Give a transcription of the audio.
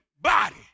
body